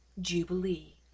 Jubilee